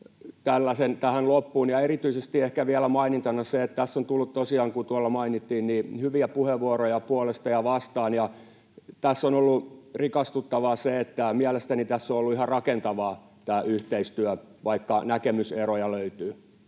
tähän loppuun. Ja erityisesti ehkä vielä mainintana se, että tässä on tullut tosiaan, kuten tuolla mainittiin, hyviä puheenvuoroja puolesta ja vastaan. Tässä on ollut rikastuttavaa se, että mielestäni tässä on ollut ihan rakentavaa tämä yhteistyö, vaikka näkemyseroja löytyy.